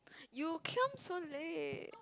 you come so late